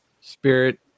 Spirit